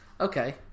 Okay